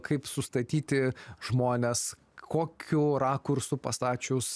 kaip sustatyti žmones kokiu rakursu pastačius